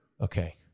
Okay